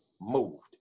moved